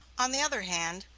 on the other hand,